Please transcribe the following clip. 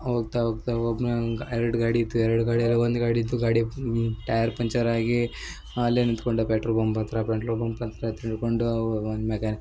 ಹೋಗ್ತ ಹೋಗ್ತಾ ಒಬ್ಬನೆ ಹಂಗ ಎರಡು ಗಾಡಿ ಇತ್ತು ಎರಡು ಗಾಡಿ ಅಲ್ಲ ಒಂದು ಗಾಡಿ ಇತ್ತು ಗಾಡಿ ಫುಲ್ಲು ಟಯರ್ ಪಂಚರ್ ಆಗಿ ಅಲ್ಲೇ ನಿಂತುಕೊಂಡ ಪೆಟ್ರೋಲ್ ಬಂಪ್ ಹತ್ರ ಪೆಟ್ರೋಲ್ ಬಂಕ್ ಹತ್ರ ನಿಂತ್ಕೊಂಡು ಅವು ಒಂದು ಮೆಕಾನ್